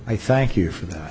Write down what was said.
i thank you for that